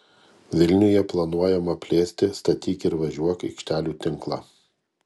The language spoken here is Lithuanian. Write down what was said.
vilniuje planuojama plėsti statyk ir važiuok aikštelių tinklą